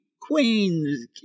queens